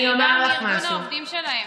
אני באה מארגון העובדים שלהם.